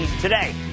today